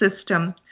system